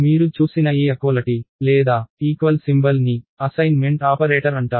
మీరు చూసిన ఈ సమానత్వం లేదా సమాన చిహ్నాన్ని అసైన్మెంట్ ఆపరేటర్ అంటారు